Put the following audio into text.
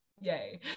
yay